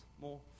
more